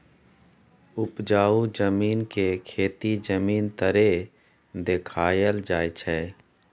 उपजाउ जमीन के खेती जमीन तरे देखाइल जाइ छइ